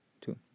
two